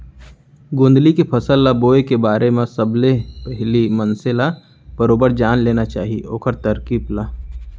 गोंदली के फसल ल बोए के बारे म सबले पहिली मनसे ल बरोबर जान लेना चाही ओखर तरकीब ल